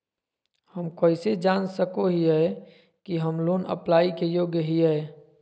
हम कइसे जान सको हियै कि हम लोन अप्लाई के योग्य हियै?